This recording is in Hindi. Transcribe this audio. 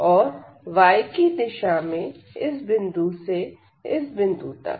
और y की दिशा में इस बिंदु से उस बिंदु तक